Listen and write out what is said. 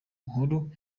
nkuru